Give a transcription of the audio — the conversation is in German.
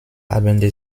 abende